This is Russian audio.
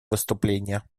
выступления